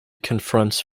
confronts